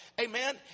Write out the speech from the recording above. Amen